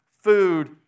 food